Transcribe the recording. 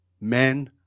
Men